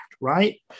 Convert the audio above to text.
Right